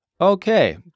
Okay